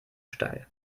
steil